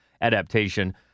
adaptation